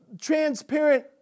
transparent